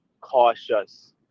cautious